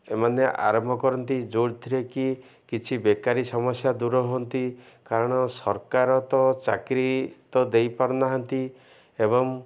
ଏମାନେ ଆରମ୍ଭ କରନ୍ତି ଯୋଉଥିରେ କି କିଛି ବେକାରୀ ସମସ୍ୟା ଦୂର ହୁଅନ୍ତି କାରଣ ସରକାର ତ ଚାକିରି ତ ଦେଇପାରୁନାହାନ୍ତି ଏବଂ